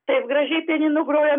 taip gražiai pianinu groja